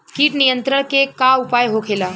कीट नियंत्रण के का उपाय होखेला?